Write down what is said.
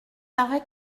paraît